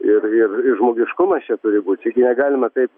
ir ir ir žmogiškumas čia turi būt čia gi negalima taip